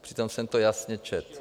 Přitom jsem to jasně četl.